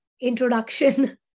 introduction